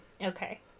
Okay